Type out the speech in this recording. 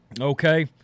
okay